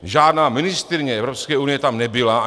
Žádná ministryně Evropské unie tam nebyla.